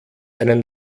einen